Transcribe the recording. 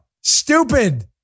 Stupid